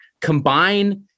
combine